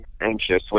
anxious